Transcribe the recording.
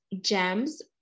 Gems